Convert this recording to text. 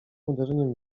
uderzeniem